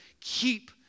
keep